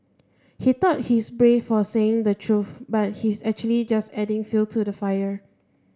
he thought he's brave for saying the truth but he's actually just adding fuel to the fire